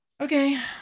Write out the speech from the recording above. Okay